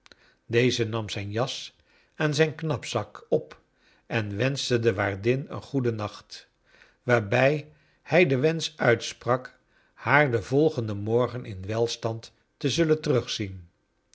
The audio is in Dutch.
deze nam zijn jas en zrjn knapzak op en wenschte de waardin een goeden nacht waarbij hij den wensch uit sprak haar den volgenden morgen in welstand te zullen terugzien